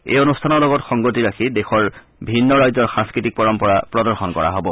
এই অনুষ্ঠানৰ লগত সংগতি ৰাখি দেশৰ ভিন্ন ৰাজ্যৰ সাংস্কৃতিক পৰম্পৰা প্ৰদৰ্শন কৰা হব